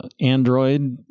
Android